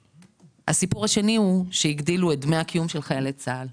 ומצד שני הגדילו את דמי הקיום של חיילי צה"ל.